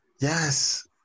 yes